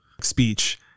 speech